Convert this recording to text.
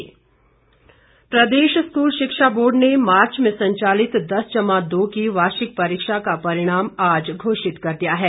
परिणाम प्रदेश स्कूल शिक्षा बोर्ड ने मार्च में संचालित दस जमा दो की वार्षिक परीक्षा का परिणाम आज घोषित कर दिया है